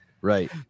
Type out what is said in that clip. right